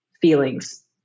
feelings